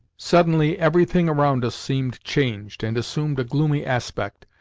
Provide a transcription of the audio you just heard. suddenly everything around us seemed changed, and assumed a gloomy aspect.